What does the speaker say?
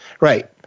Right